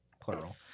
plural